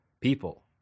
people